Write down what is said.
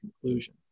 conclusion